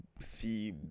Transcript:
see